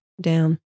down